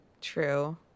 True